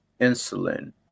insulin